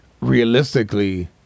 realistically